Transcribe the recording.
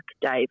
Dave